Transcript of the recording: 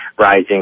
rising